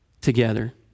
together